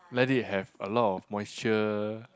let it have a lot of moisture